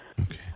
Okay